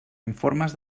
informes